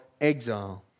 exile